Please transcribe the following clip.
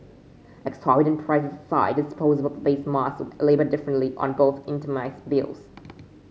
exorbitant prices aside disposable face masks were labelled differently on both itemised bills